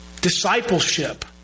Discipleship